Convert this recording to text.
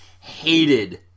hated